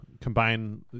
combine